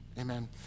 Amen